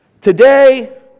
Today